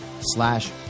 slash